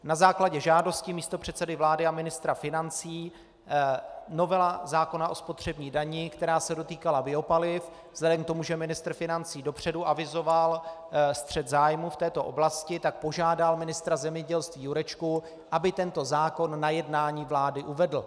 Na základě žádosti místopředsedy vlády a ministra financí novela zákona o spotřební dani, která se dotýkala biopaliv, vzhledem k tomu, že ministr financí dopředu avizoval střet zájmů v této oblasti, požádal ministra zemědělství Jurečku, aby tento zákon na jednání vlády uvedl.